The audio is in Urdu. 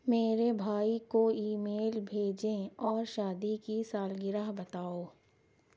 میرے بھائی کو ای میل بھیجیں اور شادی کی سالگرہ بتاؤ